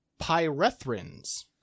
pyrethrins